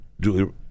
Julie